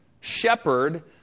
shepherd